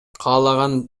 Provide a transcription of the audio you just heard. каалаган